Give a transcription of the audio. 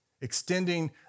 extending